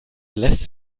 lässt